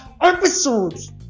episodes